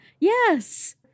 yes